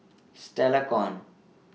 Stella Kon